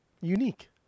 unique